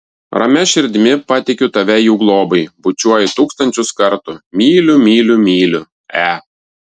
ramia širdimi patikiu tave jų globai bučiuoju tūkstančius kartų myliu myliu myliu e